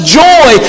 joy